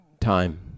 time